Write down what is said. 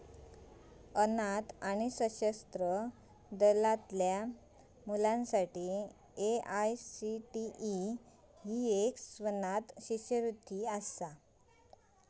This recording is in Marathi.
अनाथ आणि सशस्त्र दलातल्या मुलांसाठी ए.आय.सी.टी.ई ही एक स्वनाथ शिष्यवृत्ती असा